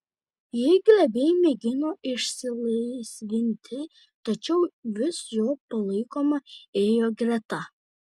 ji glebiai mėgino išsilaisvinti tačiau vis jo palaikoma ėjo greta